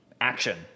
action